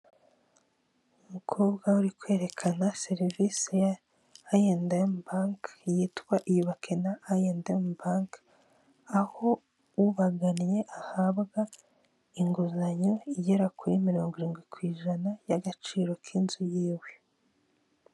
Umukobwa uri kwerekana serivisi ya ayedemu banki yitwa iyubake na ayedemu banki, aho ubaganye ahabwa inguzanyo igera kuri mirongo irindwi ku ijana y'agaciro k'inzu yiwe.